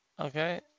Okay